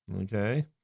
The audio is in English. Okay